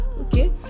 okay